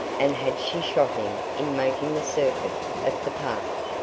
and had she shot him in making the circuit of the park?